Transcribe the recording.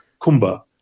Kumba